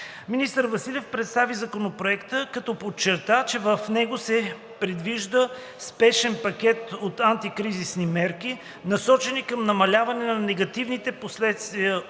Министър Василев представи Законопроекта, като подчерта, че в него се предвижда спешен пакет от антикризисни мерки, насочени към намаляване на негативните последствия